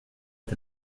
est